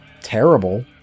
terrible